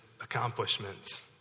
accomplishments